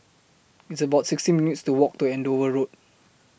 It's about sixteen minutes' to Walk to Andover Road